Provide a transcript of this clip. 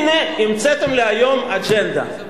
הנה, המצאתם להיום אג'נדה.